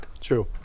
True